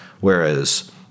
Whereas